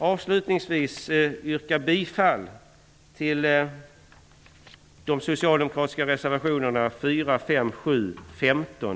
Avslutningsvis vill jag yrka bifall till de socialdemokratiska reservationerna 4, 5, 7, 15